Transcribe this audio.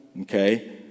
okay